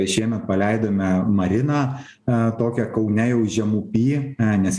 šiemet paleidome mariną e tokią kaune jau žemupyj e nes